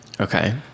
Okay